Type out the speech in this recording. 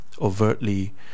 overtly